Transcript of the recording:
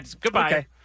goodbye